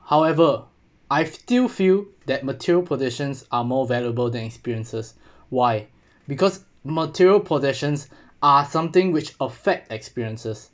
however I still feel that material possessions are more valuable than experiences why because material possessions are something which affect experiences